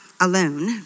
alone